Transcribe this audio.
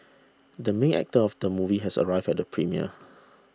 the main actor of the movie has arrived at the premiere